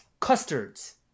Custards